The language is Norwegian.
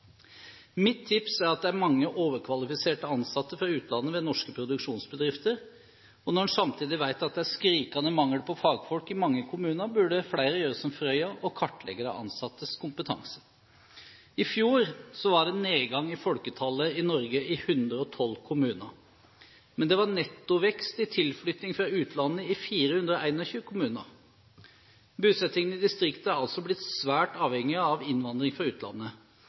Mitt tips er at det er mange overkvalifiserte ansatte fra utlandet ved norske produksjonsbedrifter. Og når en samtidig vet at det er skrikende mangel på fagfolk i mange kommuner, burde flere gjøre som Frøya og kartlegge ansattes kompetanse. I fjor var det en nedgang i folketallet i Norge i 112 kommuner. Men det var nettovekst i tilflytting fra utlandet i 421 kommuner. Bosettingen i distriktene er altså svært avhengig av innvandring fra utlandet,